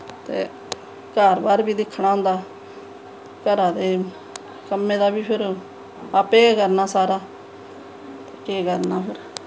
ते घर बाह्र बी दिक्खना होंदा घरा दे कम्में दा बी फिर आपें गै करना सारा ते केह् करना फिर